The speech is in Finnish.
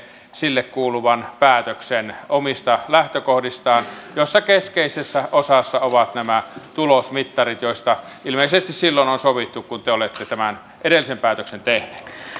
sille kuuluvan päätöksen omista lähtökohdistaan joissa keskeisessä osassa ovat nämä tulosmittarit joista ilmeisesti silloin on sovittu kun te olette tämän edellisen päätöksen